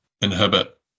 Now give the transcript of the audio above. inhibit